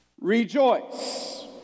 rejoice